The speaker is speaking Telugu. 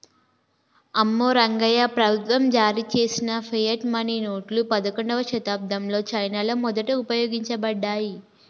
అమ్మో రంగాయ్యా, ప్రభుత్వం జారీ చేసిన ఫియట్ మనీ నోట్లు పదకండవ శతాబ్దంలో చైనాలో మొదట ఉపయోగించబడ్డాయి